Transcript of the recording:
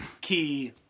key